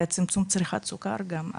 צמצום צריכת סוכר גם,